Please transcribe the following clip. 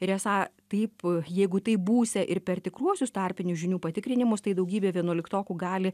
ir esą taip jeigu taip būsią ir per tikruosius tarpinių žinių patikrinimus tai daugybė vienuoliktokų gali